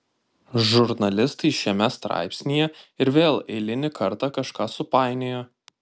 žurnalistai šiame straipsnyje ir vėl eilinį kartą kažką supainiojo